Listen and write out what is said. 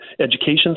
education